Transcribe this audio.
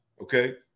okay